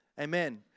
Amen